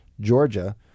Georgia